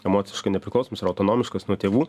emociškai nepriklausomas ir autonomiškas nuo tėvų